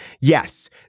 Yes